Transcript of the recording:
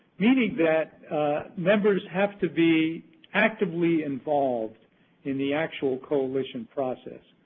meaning that members have to be actively involved in the actual coalition process.